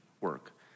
work